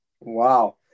wow